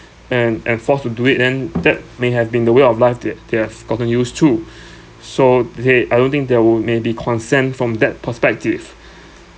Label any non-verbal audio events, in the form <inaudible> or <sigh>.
and and forced to do it then that may have been the way of life that they have gotten used to <breath> so they I don't think they would maybe consent from that perspective <breath>